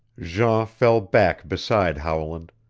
jean fell back beside howland,